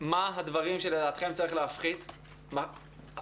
מה הדברים שלדעתכם צריך להפחית מידית,